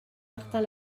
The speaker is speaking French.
martin